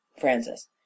Francis